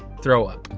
throw up.